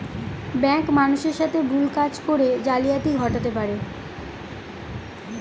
bank মানুষের সাথে ভুল কাজ করে জালিয়াতি ঘটাতে পারে